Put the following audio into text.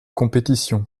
compétition